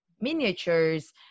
miniatures